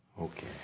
Okay